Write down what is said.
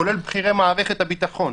כולל בכירי מערכת הביטחון.